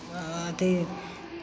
अथी